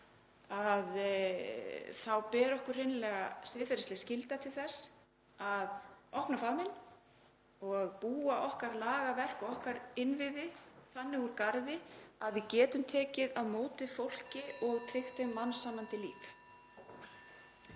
þá beri okkur hreinlega siðferðisleg skylda til þess að opna faðminn og búa lagaverk okkar og innviði þannig úr garði að við getum tekið á móti fólki og tryggt því mannsæmandi líf.